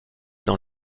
dans